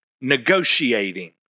negotiating